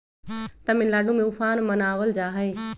तमिलनाडु में उफान मनावल जाहई